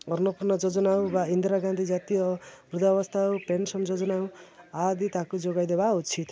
ଅନ୍ନପୂର୍ଣ୍ଣା ଯୋଜନା ହଉ ବା ଇନ୍ଦିରା ଗାନ୍ଧୀ ଜାତୀୟ ବୃଦ୍ଧାବସ୍ଥା ହଉ ପେନ୍ସନ୍ ଯୋଜନା ଆଦି ତାକୁ ଯୋଗାଇ ଦେବା ଉଚିତ